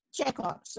checkups